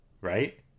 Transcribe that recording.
Right